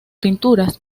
pinturas